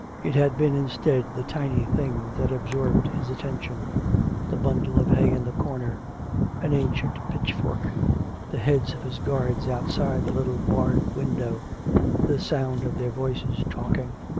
it had been, instead, the tiny things that absorbed his attention the bundle of hay in the corner an ancient pitch-fork the heads of his guards outside the little barred window the sound of their voices talking.